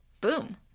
Boom